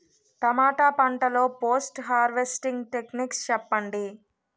టమాటా పంట లొ post harvesting techniques చెప్పండి?